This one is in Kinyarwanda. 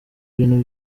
ibintu